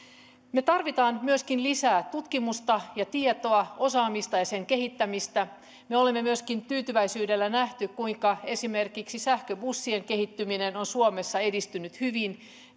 me tarvitsemme myöskin lisää tutkimusta ja tietoa osaamista ja sen kehittämistä me olemme myöskin tyytyväisyydellä nähneet kuinka esimerkiksi sähköbussien kehittyminen on suomessa edistynyt hyvin